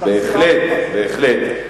בהחלט, בהחלט.